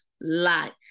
life